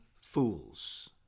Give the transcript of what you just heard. fools